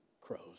crows